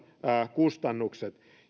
kustannukset